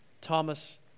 Thomas